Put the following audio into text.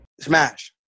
Smash